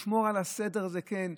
לשמור על הסדר, זה כן,